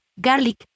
garlic